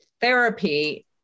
therapy